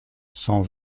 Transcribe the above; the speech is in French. cent